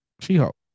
She-Hulk